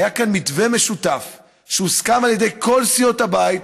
היה כאן מתווה משותף שהוסכם על ידי כל סיעות הבית.